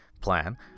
plan